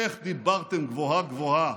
איך דיברתם גבוהה-גבוהה